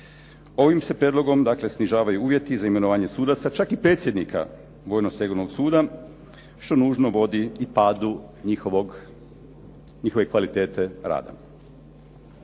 Ovim se prijedlogom snižavaju uvjeti za imenovanje sudaca, čak i predsjednika vojno stegovnog suda, što nužno vodi i padu njihove kvalitete rada.